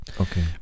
Okay